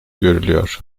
görülüyor